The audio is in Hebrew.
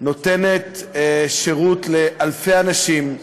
נותנת שירות לאלפי אנשים.